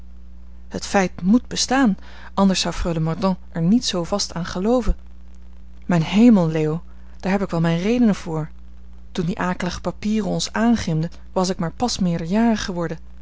het feit moet bestaan anders zou freule mordaunt er niet zoo vast aan gelooven mijn hemel leo daar heb ik wel mijne redenen voor toen die akelige papieren ons aangrimden was ik maar pas meerderjarig geworden